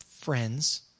friends